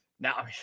Now